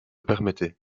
permettait